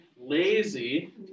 lazy